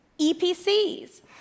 EPCs